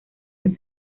los